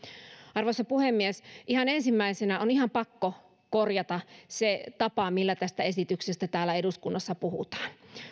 arvoisa puhemies ihan ensimmäisenä on ihan pakko korjata se tapa millä tästä esityksestä täällä eduskunnassa puhutaan